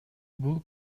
бул